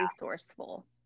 resourceful